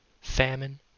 famine